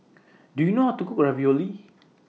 Do YOU know How to Cook Ravioli